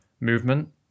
movement